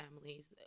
families